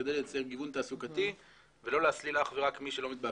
כדי לייצר גיוון תעסוקתי ולא להסליל אך ורק מי שלומד באקדמיה.